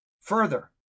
Further